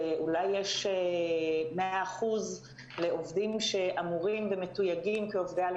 שאולי יש מאה אחוז לעובדים שאמורים ומתויגים כעובדים בנושא